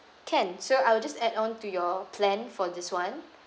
can so I will just add on to your plan for this one